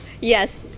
Yes